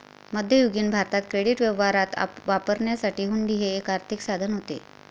मध्ययुगीन भारतात क्रेडिट व्यवहारात वापरण्यासाठी हुंडी हे एक आर्थिक साधन होते